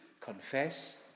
confess